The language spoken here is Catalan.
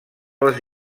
les